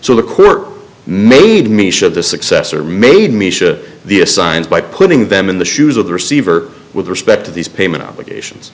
so the court made me should the successor made me should the assigned by putting them in the shoes of the receiver with respect to these payment obligations